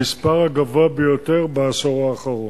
המספר הגבוה ביותר בעשור האחרון.